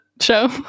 show